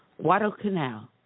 Guadalcanal